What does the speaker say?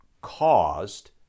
caused